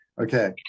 Okay